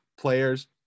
players